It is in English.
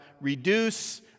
reduce